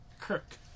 Kirk